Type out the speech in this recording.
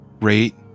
rate